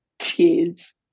Cheers